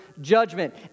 judgment